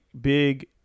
big